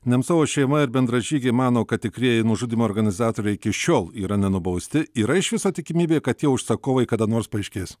nemcovo šeima ir bendražygiai mano kad tikrieji nužudymo organizatoriai iki šiol yra nenubausti yra iš viso tikimybė kad tie užsakovai kada nors paaiškės